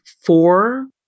four